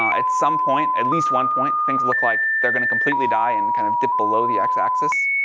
at some point, at least one point, things look like they're going to completely die and kind of dip below the x-axis.